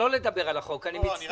לא לדבר על החוק, אני מצטער.